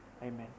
Amen